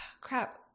crap